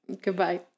Goodbye